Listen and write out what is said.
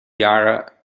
jaren